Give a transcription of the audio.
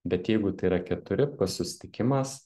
bet jeigu tai yra keturi susitikimas